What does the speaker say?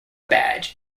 badge